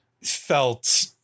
felt